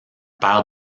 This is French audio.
père